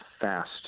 fast